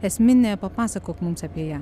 esminė papasakok mums apie ją